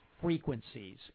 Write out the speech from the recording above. frequencies